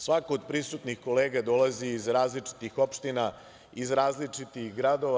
Svako od prisutnih kolega dolazi iz različitih opština, iz različitih gradova.